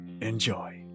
Enjoy